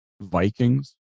Vikings